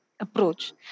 approach